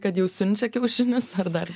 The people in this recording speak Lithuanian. kad jau siunčia kiaušinius ar dar